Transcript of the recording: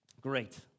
Great